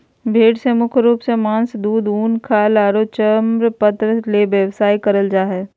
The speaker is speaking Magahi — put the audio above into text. भेड़ से मुख्य रूप से मास, दूध, उन, खाल आरो चर्मपत्र ले व्यवसाय करल जा हई